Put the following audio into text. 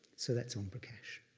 so that's om prakash.